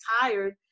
tired